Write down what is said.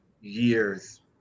years